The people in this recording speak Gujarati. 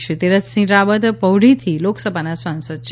શ્રી તિરથસિંહ રાવત પૌઢીથી લોકસભાના સાંસદ છે